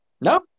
No